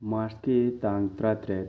ꯃꯥꯔꯁꯀꯤ ꯇꯥꯡ ꯇꯔꯥꯇꯔꯦꯠ